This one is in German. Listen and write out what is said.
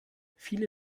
viele